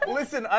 Listen